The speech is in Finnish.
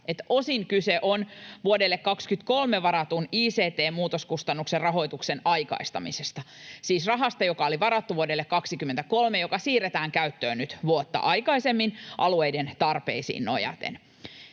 osin kyse on vuodelle 23 varatun ict-muutoskustannuksen rahoituksen aikaistamisesta, siis rahasta, joka oli varattu vuodelle 23, joka siirretään käyttöön nyt vuotta aikaisemmin alueiden tarpeisiin nojaten.